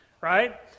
Right